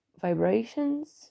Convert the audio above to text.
vibrations